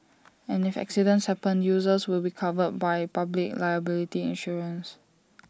and if accidents happen users will be covered by public liability insurance